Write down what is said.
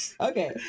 Okay